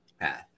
path